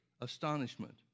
astonishment